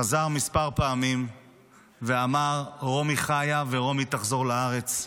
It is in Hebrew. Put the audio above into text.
חזר כמה פעמים ואמר: רומי חיה ורומי תחזור לארץ.